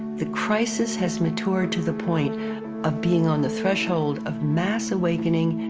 the crisis has matured to the point of being on the threshold of mass awakening.